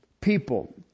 People